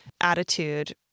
attitude